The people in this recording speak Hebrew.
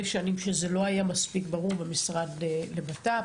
שנים שזה לא היה מספיק ברור במשרד לבט"פ.